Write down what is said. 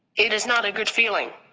it is not a good feeling.